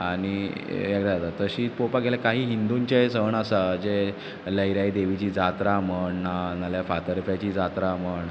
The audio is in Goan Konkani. आनी हें जाता तशीं पोवपाक गेल्यार कांय हिंदूंचे सण आसा जे लयराई देवीची जात्रा म्हण ना नाल्या फातर्प्यांची जात्रा म्हण